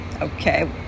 okay